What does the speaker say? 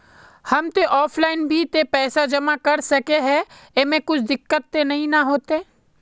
हम ते ऑफलाइन भी ते पैसा जमा कर सके है ऐमे कुछ दिक्कत ते नय न होते?